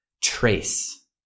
trace